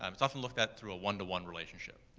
um it's often looked at through a one to one relationship.